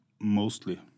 mostly